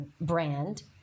brand